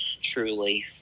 Truly